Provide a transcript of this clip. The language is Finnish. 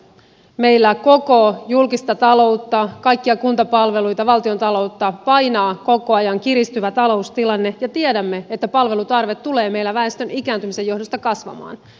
meillä koko julkista taloutta kaikkia kuntapalveluita valtiontaloutta painaa koko ajan kiristyvä taloustilanne ja tiedämme että palvelutarve tulee meillä väestön ikääntymisen johdosta kasvamaan